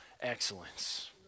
excellence